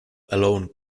alone